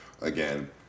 again